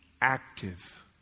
active